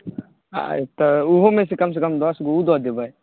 तऽ ऊहोमे से कम से कम दसगो ओ दऽ देबै